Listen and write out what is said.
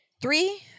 Three